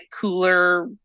cooler